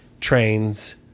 trains